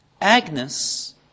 Agnes